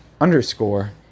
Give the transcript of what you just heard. underscore